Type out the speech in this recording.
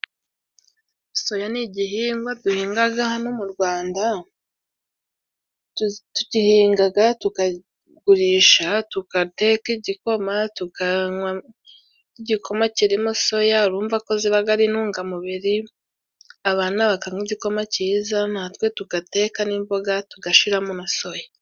Soya ni igihingwa duhingaga hano mu Rwanda. Tugihingaga, tukagurisha, tukateka igikoma, tukanywa igikoma kirimo soya. Urumva ko zibaga ari intungamubiri, abana bakanywa igikoma cyiza, natwe tugateka n'imboga tugashiramo na soya.